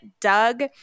doug